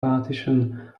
partition